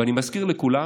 ואני מזכיר לכולם: